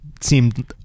Seemed